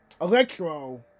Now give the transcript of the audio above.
Electro